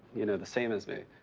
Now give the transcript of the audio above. you know, the same as me.